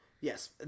Yes